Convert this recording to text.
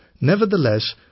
Nevertheless